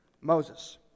Moses